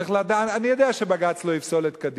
אני יודע שבג"ץ לא יפסול את קדימה.